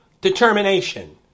determination